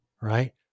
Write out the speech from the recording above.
right